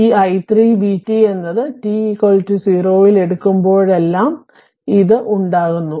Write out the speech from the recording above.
ഈ i3vt എന്നത് t 0 ൽ എടുക്കുമ്പോഴെല്ലാം ഇത് ഇത് ഉണ്ടാകുന്നു